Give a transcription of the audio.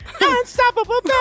Unstoppable